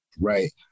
Right